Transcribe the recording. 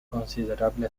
considerable